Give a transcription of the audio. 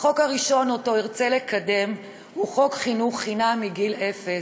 החוק הראשון שארצה לקדם הוא חוק חינוך חינם מגיל אפס.